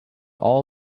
all